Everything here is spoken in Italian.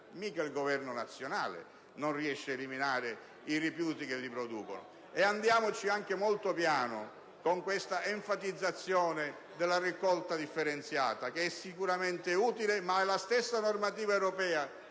non riesce eliminare i rifiuti che si producono. Andiamoci molto piano anche con l'enfatizzazione della raccolta differenziata, che è sicuramente utile, ma che la stessa normativa europea